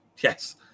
yes